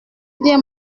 bien